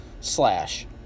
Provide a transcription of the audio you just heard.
slash